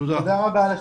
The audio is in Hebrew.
תודה רבה לך.